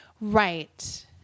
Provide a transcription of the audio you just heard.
right